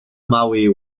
małej